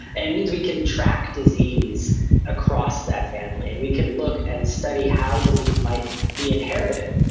and it means we can track disease across that family, and we can look and study how disease might be inherited.